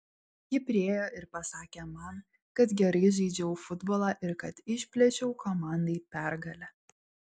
ji priėjo ir pasakė man kaip gerai žaidžiau futbolą ir kad išplėšiau komandai pergalę